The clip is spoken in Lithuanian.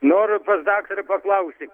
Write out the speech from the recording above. noriu pas daktarą paklausti